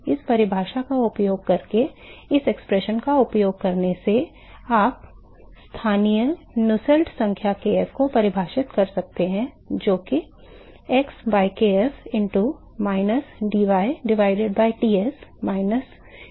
इस परिभाषा का उपयोग करके इस अभिव्यक्ति का उपयोग करने से आप स्थानीय नुसेल्ट संख्या kf को परिभाषित कर सकते हैं जो कि x by kf into minus dy divided by Ts minus Tinfinity होगा